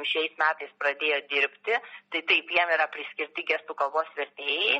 šiais metais pradėjo dirbti tai taip jiem yra priskirti gestų kalbos vertėjai